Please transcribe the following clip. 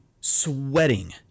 sweating